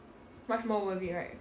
much more worth it right